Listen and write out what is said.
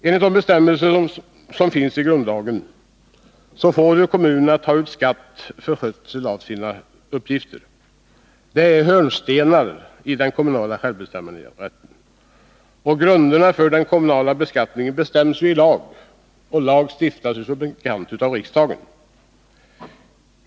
Enligt de bestämmelser som finns i grundlagen får kommunerna ta ut skatt för skötseln av sina uppgifter . Det är hörnstenar i den kommunala självbestämmanderätten. Grunderna för den kommunala beskattningen bestäms genom lag . Lag stiftas som bekant av riksdagen.